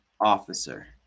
officer